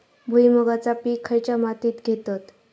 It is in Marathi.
भुईमुगाचा पीक खयच्या मातीत घेतत?